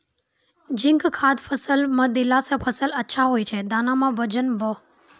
zinc खाद फ़सल मे देला से फ़सल अच्छा होय छै दाना मे वजन ब